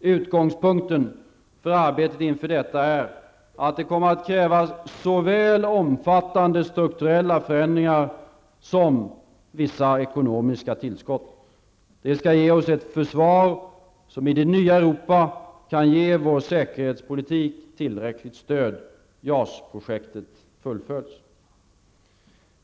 Utgångspunkten för arbetet inför detta är att det kommer att krävas såväl omfattande strukturella förändringar som vissa ekonomiska tillskott. Det skall ge oss ett försvar som i det nya Europa kan ge vår säkerhetspolitik tillräckligt stöd. JAS-projektet fullföljs.